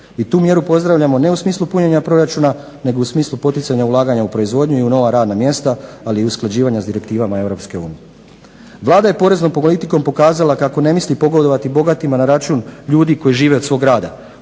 I tu mjeru pozdravljamo ne u smislu punjenja proračuna, nego u smislu poticanja ulaganja u proizvodnju i u nova radna mjesta, ali i usklađivanja s direktivama Europske unije. Vlada je poreznom politikom pokazala kako ne misli pogodovati bogatima na račun ljudi koji žive od svog rada.